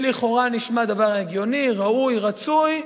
לכאורה, נשמע דבר הגיוני, ראוי, רצוי.